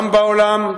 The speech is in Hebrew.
גם בעולם,